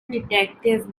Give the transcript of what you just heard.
detective